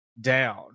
down